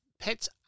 Pets